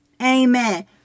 Amen